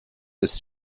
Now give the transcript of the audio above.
ist